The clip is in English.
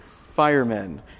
firemen